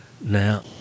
now